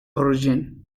origin